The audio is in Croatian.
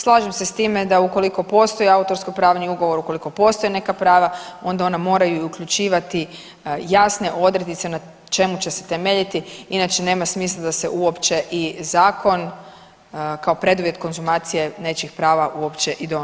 Slažem se s time da ukoliko postoji autorsko-pravni ugovor, ukoliko postoje neka prava, onda ona moraju uključivati jasne odrednice na čemu će se temeljiti, inače nema smisla da se uopće i zakon kao preduvjet konzumacije nečijih prava uopće i donosi.